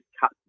cut